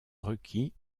requis